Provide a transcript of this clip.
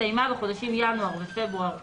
הסתיימה בחודשים ינואר ופברואר 2020."